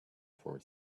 for